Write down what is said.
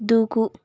దూకు